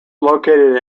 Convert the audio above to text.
located